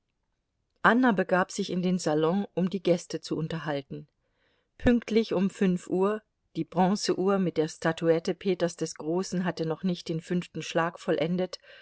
anna begab sich in den salon um die gäste zu unterhalten pünktlich um fünf uhr die bronzeuhr mit der statuette peters des großen hatte noch nicht den fünften schlag vollendet